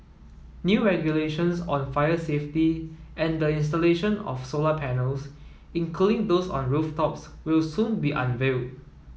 new regulations on fire safety and the installation of solar panels including those on rooftops will soon be unveiled